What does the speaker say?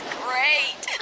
great